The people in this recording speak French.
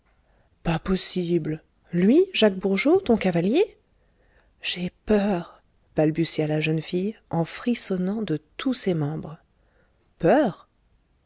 pas possible lui jacques bourgeot ton cavalier j'ai peur balbutia la jeune fille en frissonnant de tous ses membres peur